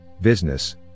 Business